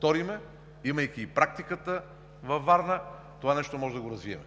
пример, имайки и практиката във Варна, това нещо можем да го развием.